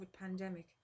pandemic